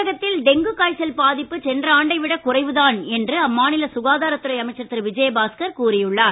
தமிழகத்தில் டெங்கு காய்ச்சல் பாதிப்பு சென்ற ஆண்டைவிட குறைவு தான் என்று அம்மாநில சுகாதாரத்துறை அமைச்சர் திரு விஜயபாஸ்கர் கூறி உள்ளார்